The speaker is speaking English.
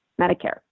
Medicare